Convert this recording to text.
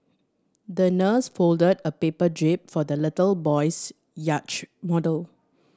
the nurse folded a paper jib for the little boy's yacht model